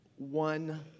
One